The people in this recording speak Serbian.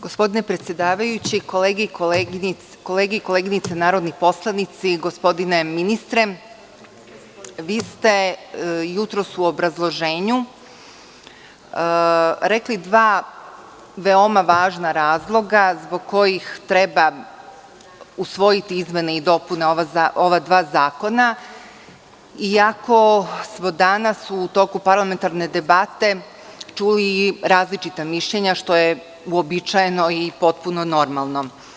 Gospodine predsedavajući, koleginice i kolege narodni poslanici, gospodine ministre, vi ste jutros u obrazloženju rekli dva veoma važna razloga zbog kojih treba usvojiti izmene i dopune ova dva zakona, iako smo danas u toku parlamentarne debate čuli različita mišljenja, što je uobičajeno i potpuno normalno.